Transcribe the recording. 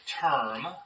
term